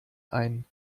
ein